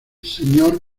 señor